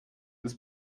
ist